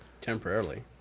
Temporarily